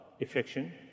affection